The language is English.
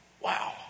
Wow